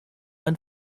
ein